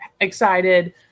excited